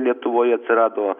lietuvoje atsirado